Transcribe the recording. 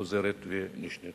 חוזרת ונשנית.